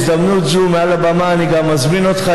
בהזדמנות זו מעל הבמה אני מזמין גם אותך,